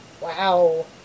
Wow